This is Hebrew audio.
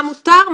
מה מותר,